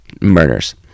murders